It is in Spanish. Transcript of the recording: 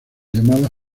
llamadas